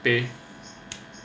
pay